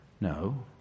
No